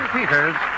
Peters